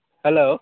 hello